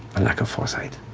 a lack of foresight